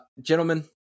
Gentlemen